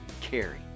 carry